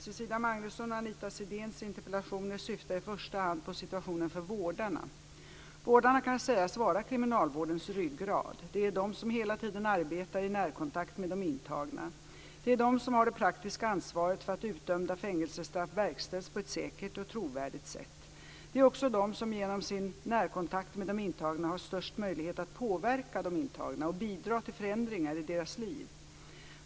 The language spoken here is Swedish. Cecilia Magnussons och Anita Sidéns interpellationer syftar i första hand på situationen för vårdarna. Vårdarna kan sägas vara kriminalvårdens ryggrad. Det är de som hela tiden arbetar i närkontakt med de intagna. Det är de som har det praktiska ansvaret för att utdömda fängelsestraff verkställs på ett säkert och trovärdigt sätt. Det är också de som genom sin närkontakt med de intagna har störst möjlighet att påverka de intagna och bidra till förändringar i deras liv.